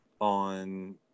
on